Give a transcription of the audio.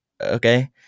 okay